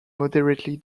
moderately